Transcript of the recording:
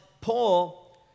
Paul